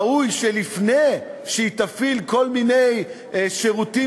ראוי שלפני שהיא תפעיל כל מיני שירותים